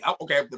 Okay